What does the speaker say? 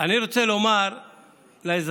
אני רוצה לומר לאזרחים